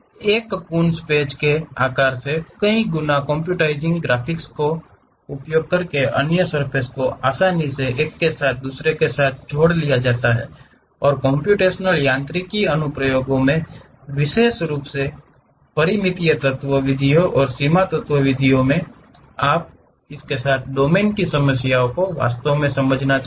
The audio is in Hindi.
एक कून्स पैच एक प्रकार से कई गुना कंप्यूटराइजेशन ग्राफिक्स है जिसका उपयोग अन्य सर्फ़ेस को आसानी से एक साथ जोड़ने के लिए किया जाता है और कम्प्यूटेशनल यांत्रिकी अनुप्रयोगों में विशेष रूप से परिमित तत्व विधियों और सीमा तत्व विधियों में आप तत्वों के साथ डोमेन की समस्याओं को वास्तव में समझना चाहते हैं